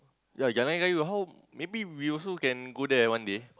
ya Jalan-Kayu how maybe we also can go there one day